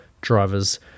driver's